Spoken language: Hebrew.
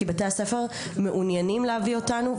כי בתי הספר מעוניינים להביא אותנו,